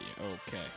okay